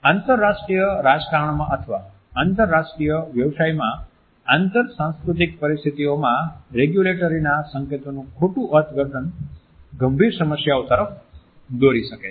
આંતરરાષ્ટ્રીય રાજકારણમાં અથવા આંતરરાષ્ટ્રીય વ્યવસાયમાં આંતર સાંસ્કૃતિક પરિસ્થિતિઓમાં રેગ્યુંલેટરીના સંકેતોનું ખોટું અર્થઘટન ગંભીર સમસ્યાઓ તરફ દોરી શકે છે